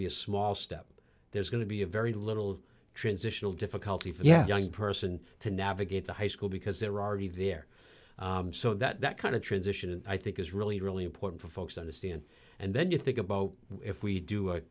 be a small step there's going to be a very little transitional difficulty of young person to navigate the high school because they're already there so that kind of transition i think is really really important for folks to understand and then you think about if we do